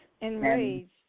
enraged